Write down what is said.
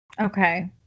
Okay